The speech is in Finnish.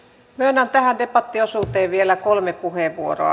myönnän tähän debattiosuuteen vielä kolme puheenvuoroa